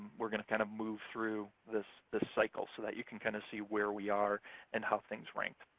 we're gonna kind of move through this this cycle so that you can kind of see where we are and how things rank.